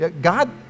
God